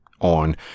on